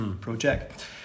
project